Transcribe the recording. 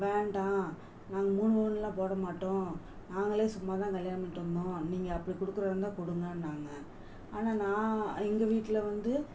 வேண்டாம் நாங்கள் மூணு பவுன்லாம் போட மாட்டோம் நாங்களே சும்மா தான் கல்யாணம் பண்ணிட்டு வந்தோம் நீங்கள் அப்படி கொடுக்கறதா இருந்தால் கொடுங்கன்னாங்க ஆனால் நான் எங்கள் வீட்டில வந்து